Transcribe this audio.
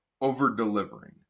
over-delivering